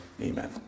Amen